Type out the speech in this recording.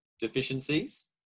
deficiencies